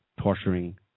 torturing